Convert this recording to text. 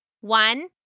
One